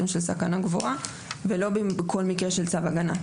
של סכנה גבוהה ולא בכל מקרה של צו הגנה.